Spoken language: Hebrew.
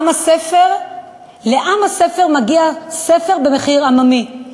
לעם הספר מגיע ספר במחיר עממי.